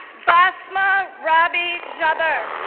basma rabih jaber,